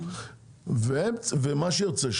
מה שיוצא,